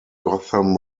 gotham